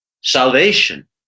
salvation